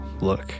look